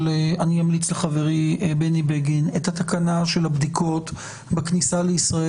אני אמליץ לחברי בני בגין לאשר את התקנה של הבדיקות בכניסה לישראל.